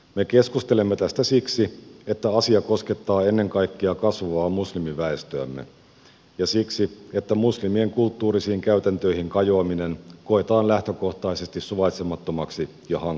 me keskustelemme tästä siksi että asia koskettaa ennen kaikkea kasvavaa muslimiväestöämme ja siksi että muslimien kulttuurisiin käytäntöihin kajoaminen koetaan lähtökohtaisesti suvaitsemattomaksi ja hankalaksi